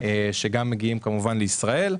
שמגיעים לישראל.